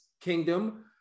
kingdom